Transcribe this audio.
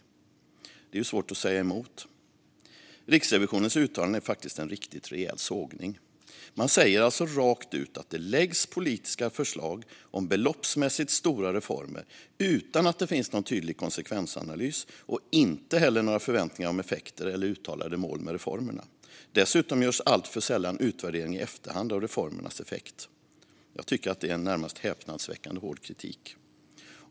Detta är Riksrevisionens slutsats, och den är svår att säga emot. Riksrevisionens uttalanden är faktiskt en riktigt rejäl sågning. Man säger alltså rakt ut att det läggs fram politiska förslag om beloppsmässigt stora reformer utan att det finns någon tydlig konsekvensanalys och inte heller några förväntningar på effekter eller uttalade mål med reformerna. Dessutom görs alltför sällan utvärdering i efterhand av reformernas effekt. Jag tycker att det är en närmast häpnadsväckande hård kritik.